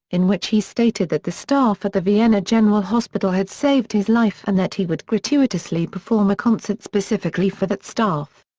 in which he stated that the staff at the vienna general hospital had saved his life and that he would gratuitously perform a concert specifically for that staff.